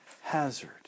hazard